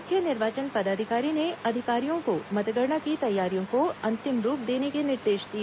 मुख्य निर्वाचन पदाधिकारी ने अधिकारियों को मतगणना की तैयारियों को अंतिम रूप देने के निर्देश दिए